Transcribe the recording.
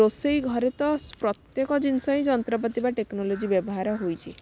ରୋଷେଇ ଘରେ ସ ତ ପ୍ରତ୍ୟେକ ଜିନିଷ ହିଁ ଯନ୍ତ୍ରପାତି ବା ଟେକ୍ନୋଲୋଜି ବ୍ୟବହାର ହେଇଛି